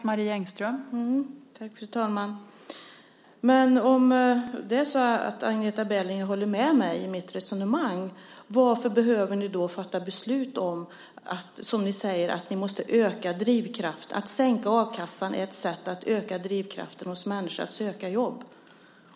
Fru talman! Om det är så att Agneta Berliner håller med om mitt resonemang, varför fattar ni då beslut om att sänka a-kassan? Ni säger att det är ett sätt att öka drivkraften hos människor att söka jobb.